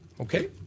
Okay